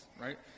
right